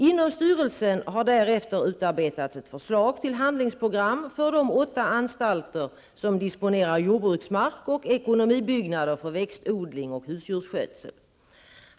Inom styrelsen har därefter utarbetats ett förslag till handlingsprogram för de åtta anstalter som disponerar jordbruksmark och ekonomibyggnader för växtodling och husdjursskötsel.